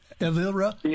Elvira